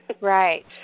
Right